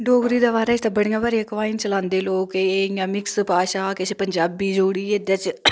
डोगरी दे बारे च ते बड़ियां भारी अफवाईं चलांदे लोक के एह एह् इयां मिक्स भाषा किश पंजाबी जोड़ी एहदे च